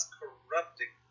corrupting